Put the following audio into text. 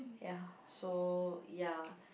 ya so ya